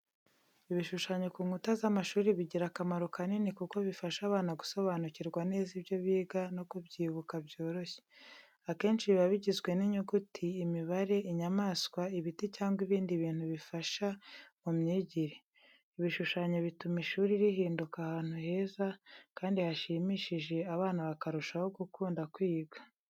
Ibishushanyo ku nkuta z'amashuri bigira akamaro kanini kuko bifasha abana gusobanukirwa neza ibyo biga no kubyibuka byoroshye. Akenshi biba bigizwe n'inyuguti, imibare, inyamanswa, ibiti cyangwa ibindi bintu bifasha mu myigire. Ibishushanyo bituma ishuri rihinduka ahantu heza kandi hashimishije abana bakarushaho gukunda kwiga.